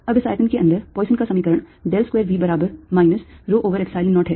अब इस आयतन के अंदर पॉइसन का समीकरण del square V बराबर minus rho over Epsilon 0 है